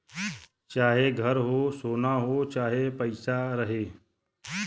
चाहे घर हो, सोना हो चाहे पइसा रहे